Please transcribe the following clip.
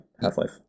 Half-Life